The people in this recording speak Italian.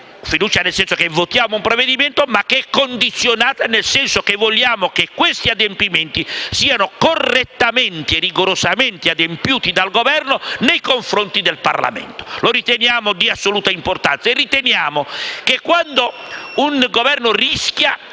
oggi, nel votare questo provvedimento, è una fiducia condizionata, nel senso che vogliamo che questi adempimenti siano correttamente e rigorosamente osservati dal Governo nei confronti del Parlamento. Lo riteniamo di assoluta importanza e riteniamo che quando un Governo rischia